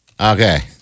Okay